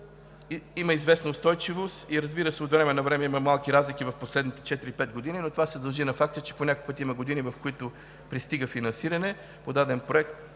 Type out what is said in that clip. Има известна устойчивост – от време на време има малки разлики в последните четири-пет години, но това се дължи на факта, че по някой път има години, в които пристига финансиране по даден проект